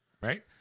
Right